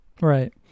Right